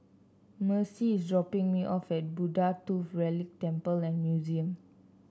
Mercy is dropping me off at Buddha Tooth Relic Temple and Museum